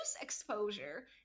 exposure